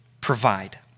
provide